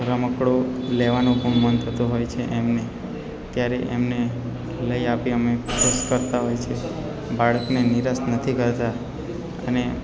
રમકડું લેવાનું પણ મન થતું હોય છે એમને ત્યારે એમને લઈ આપીએ અમે ફોર્સ કરતાં હોય છે બાળકને નિરાશ નથી કરતાં અને